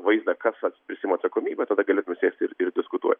vaizdą kas prisiima atsakomybę tada galėtume sėsti ir ir diskutuoti